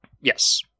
Yes